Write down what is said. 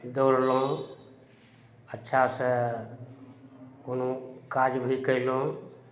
दौड़लहुँ अच्छासँ कोनो काज भी कयलहुँ